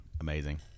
amazing